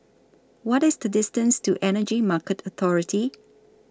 What IS The distance to Energy Market Authority